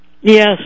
yes